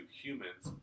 humans